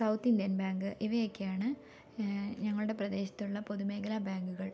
south Indian Bank ഇവയെക്കെയാണ് ഞങ്ങളുടെ പ്രദേശത്തുള്ള പൊതു മേഖലാ ബാങ്കുകൾ